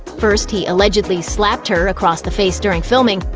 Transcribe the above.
first, he allegedly slapped her across the face during filming.